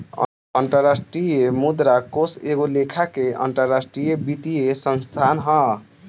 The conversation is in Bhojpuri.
अंतरराष्ट्रीय मुद्रा कोष एगो लेखा के अंतरराष्ट्रीय वित्तीय संस्थान ह